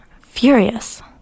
Furious